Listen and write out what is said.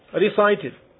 recited